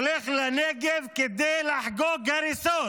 הולך לנגב כדי לחגוג הריסות.